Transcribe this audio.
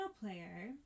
player